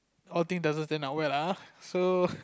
all thing doesn't turn out well lah so